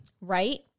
Right